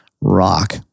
rock